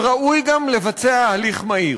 וראוי גם לבצע הליך מהיר.